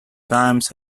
times